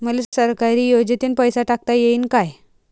मले सरकारी योजतेन पैसा टाकता येईन काय?